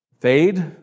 fade